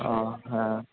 ও হ্যাঁ